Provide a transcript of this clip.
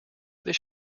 this